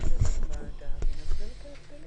11:27